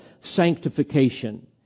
sanctification